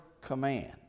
command